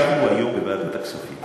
ישבנו היום בוועדת הכספים.